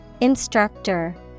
Instructor